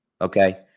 Okay